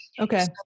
Okay